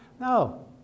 no